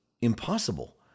impossible